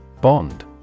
Bond